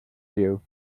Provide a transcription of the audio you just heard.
you